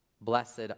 Blessed